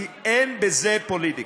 כי אין בזה פוליטיקה.